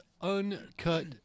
Uncut